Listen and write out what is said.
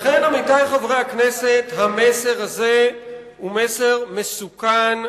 לכן, עמיתי חברי הכנסת, המסר הזה הוא מסר מסוכן,